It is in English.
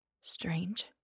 Strange